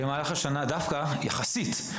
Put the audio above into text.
דווקא במהלך השנה הייתה עלייה יחסית,